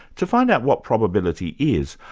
to find out what probability is,